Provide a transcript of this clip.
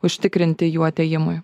užtikrinti jų atėjimui